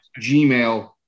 gmail